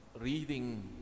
reading